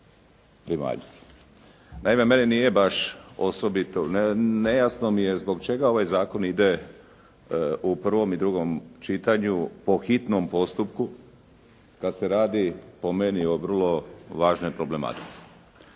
Naime meni nije baš osobito, nejasno mi je zbog čega ovaj zakon ide u prvom i drugom čitanju po hitnom postupku kada se radi po meni o vrlo važnoj problematici.